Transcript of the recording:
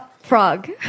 frog